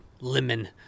Lemon